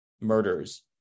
murders